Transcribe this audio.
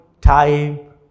time